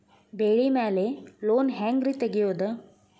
ಬೆಳಿ ಮ್ಯಾಲೆ ಲೋನ್ ಹ್ಯಾಂಗ್ ರಿ ತೆಗಿಯೋದ?